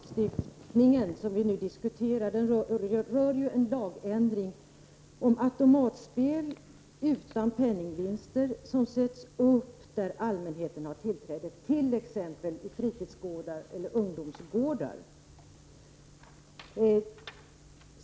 Herr talman! Den lagstiftning som vi nu diskuterar gäller en lagändring om automatspel utan penningvinster som sätts upp på platser dit allmänheten har tillträde, t.ex. i fritidsgårdar eller ungdomsgårdar.